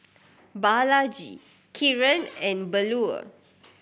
Balaji Kiran and Bellur